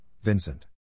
Vincent